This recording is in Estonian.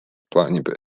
plaanib